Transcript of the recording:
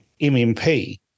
MMP